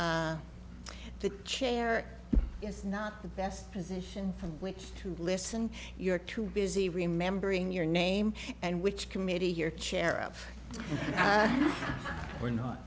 the chair is not the best position from which to listen you're too busy remembering your name and which committee your chair of we're not